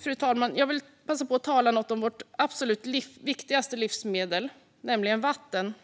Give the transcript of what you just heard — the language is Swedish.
Fru talman! Jag vill passa på att tala lite om vårt absolut viktigaste livsmedel, nämligen vatten.